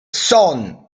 son